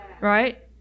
right